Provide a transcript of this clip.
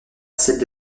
celle